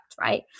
right